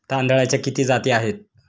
तांदळाच्या किती जाती आहेत?